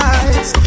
eyes